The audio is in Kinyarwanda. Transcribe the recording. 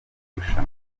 rushanwa